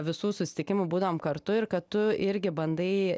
visų susitikimų būdavom kartu ir kad tu irgi bandai